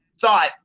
thought